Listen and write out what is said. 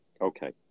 Okay